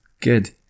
Good